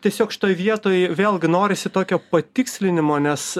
tiesiog šitoj vietoj vėlgi norisi tokio patikslinimo nes